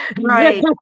right